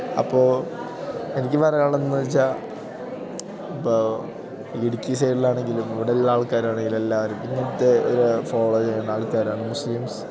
അപ്പോൾ എനിക്ക് പറയാനുള്ളതെന്തെന്നു വെച്ചാൽ ഇപ്പോൾ ഇടുക്കി സൈഡിലാണെങ്കിലും ഇവിടെല്ലാൾക്കാരാണെങ്കിലും എല്ലാവരും ഇന്നത്തെ ഒരു ഫോളോ ചെയ്യുന്ന ആൾക്കാരാണ് മുസ്ലീംസ്